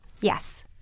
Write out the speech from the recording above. Yes